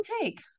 take